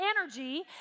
energy